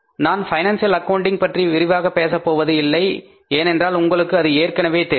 நான் financial accounting பற்றி விரிவாக பேசப் போவது இல்லை ஏனென்றால் உங்களுக்கு அது ஏற்கனவே தெரியும்